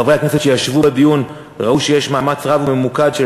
וחברי הכנסת שישבו בדיון ראו שיש מאמץ רב וממוקד של